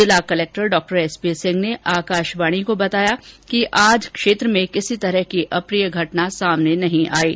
जिला कलक्टर डॉ S P Singh ने आकाशवाणी को बताया कि आज क्षेत्र में किसी तरह की अप्रिय घटना सामने नहीं आई है